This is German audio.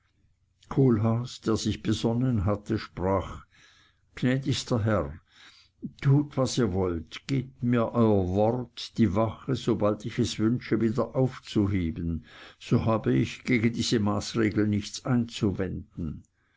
kohlhaas der sich besonnen hatte sprach gnädigster herr tut was ihr wollt gebt mir euer wort die wache sobald ich es wünsche wieder aufzuheben so habe ich gegen diese maßregel nichts einzuwenden